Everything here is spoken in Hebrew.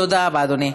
תודה רבה, אדוני.